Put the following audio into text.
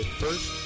first